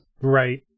Right